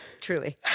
truly